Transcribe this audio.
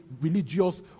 religious